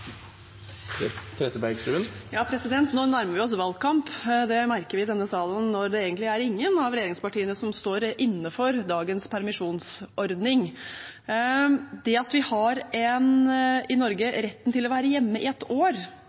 Nå nærmer vi oss valgkamp. Det merker vi i denne salen når det egentlig er ingen av regjeringspartiene som står inne for dagens permisjonsordning. Det at vi i Norge har retten til å være hjemme i et år